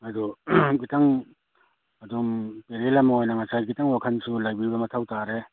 ꯑꯗꯨ ꯈꯤꯇꯪ ꯑꯗꯨꯝ ꯄꯦꯔꯦꯟꯁ ꯑꯃ ꯑꯣꯏꯅ ꯉꯁꯥꯏ ꯈꯤꯇꯪ ꯋꯥꯈꯟꯁꯨ ꯂꯩꯕꯤꯕ ꯃꯊꯧ ꯇꯥꯔꯦ